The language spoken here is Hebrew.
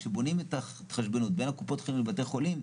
כשבונים את ההתחשבנות בין קופות החולים ובתי החולים,